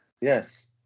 Yes